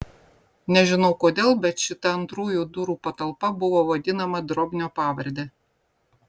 nežinau kodėl bet šita antrųjų durų patalpa buvo vadinama drobnio pavarde